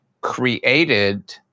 created